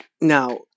now